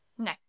No